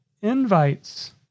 invites